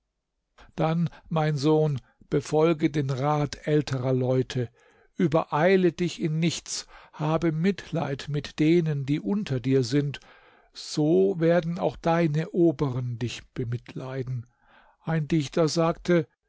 dann mein sohn befolge den rat älterer leute übereile dich in nichts habe mitleid mit denen die unter dir sind so werden auch deine oberen dich bemitleiden ein dichter sagte